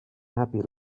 happy